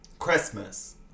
Christmas